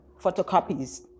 photocopies